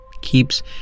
Keeps